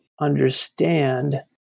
understand